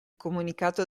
comunicato